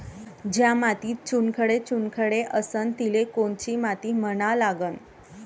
ज्या मातीत चुनखडे चुनखडे असन तिले कोनची माती म्हना लागन?